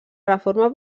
reforma